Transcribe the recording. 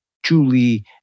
Julie